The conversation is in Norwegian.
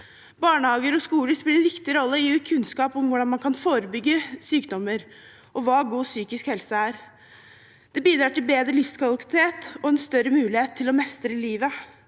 Barnehager og skoler spiller en viktig rolle i å gi kunnskap om hvordan man kan forebygge sykdommer, og hva god psykisk helse er. Det bidrar til bedre livskvalitet og en større mulighet til å mestre livet.